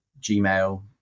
Gmail